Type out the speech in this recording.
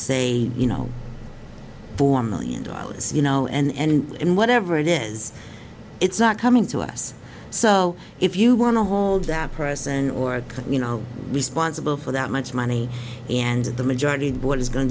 say you know four million dollars you know and whatever it is it's not coming to us so if you want to hold that person or you know responsible for that much money and the majority of what is going to